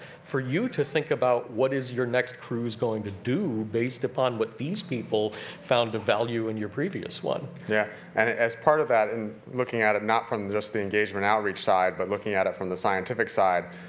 for you to think about what is your next cruise going to do based up on what these people found of value in your previous one. yeah, and as part of that, and looking at it not from just the engagement outreach side, but looking at it from the scientific side,